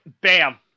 bam